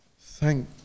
thank